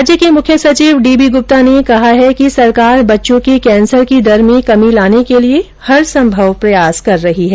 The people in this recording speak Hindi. राज्य के मुख्य सचिव डी दी गृप्ता ने कहा है कि सरकार बच्चों के कैंसर की दर में कमी लाने के लिए हर संभव प्रयास कर रही है